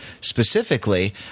specifically